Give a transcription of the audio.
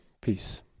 Peace